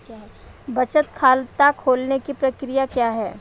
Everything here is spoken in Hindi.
बचत खाता खोलने की प्रक्रिया क्या है?